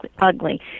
ugly